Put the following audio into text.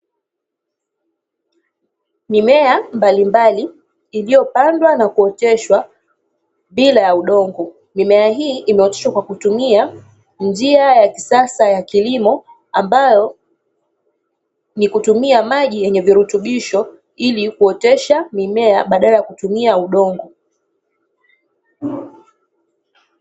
Mimea mbalimbali iliyopandwa na kuoteshwa bila udongo, mimea hii imeoteshwa kwa kutumia njia ya kisasa ya kilimo ambayo ni kutumia maji yenye virutubisho ili kuotesha mimea badala ya kutumia udongo.